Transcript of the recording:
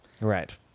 Right